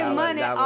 money